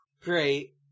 great